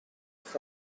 posts